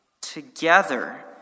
together